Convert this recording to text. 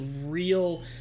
real